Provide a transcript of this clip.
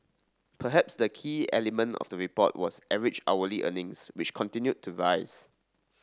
perhaps the key element of the report was average hourly earnings which continued to rise